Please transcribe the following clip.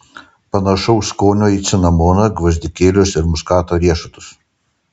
panašaus skonio į cinamoną gvazdikėlius ir muskato riešutus